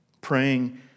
praying